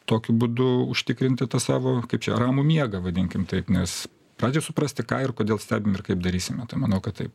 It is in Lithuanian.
tokiu būdu užtikrinti tą savo kaip čia ramų miegą vadinkim taip nes pradžiai suprasti ką ir kodėl stebim ir kaip darysime tai manau kad taip